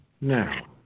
Now